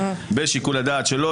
בשיקול הדעת שלו.